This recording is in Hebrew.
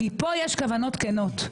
כי פה יש כוונות כנות.